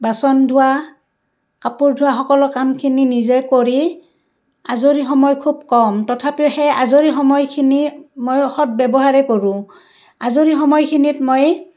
বাচন ধোৱা কাপোৰ ধোৱা সকলো কামখিনি নিজে কৰি আজৰি সময় খুব কম তথাপিও সেই আজৰি সময়খিনি মই সদ্ ব্যৱহাৰেই কৰোঁ আজৰি সময়খিনিত মই